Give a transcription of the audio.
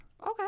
Okay